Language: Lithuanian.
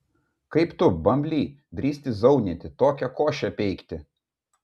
kaip tu bambly drįsti zaunyti tokią košę peikti